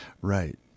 Right